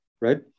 Right